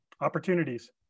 opportunities